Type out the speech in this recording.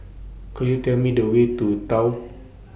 Could YOU Tell Me The Way to Tao